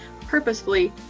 purposefully